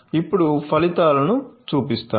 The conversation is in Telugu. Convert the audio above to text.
ఇప్పుడు ఫలితాలను చూపిస్తాను